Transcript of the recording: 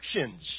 actions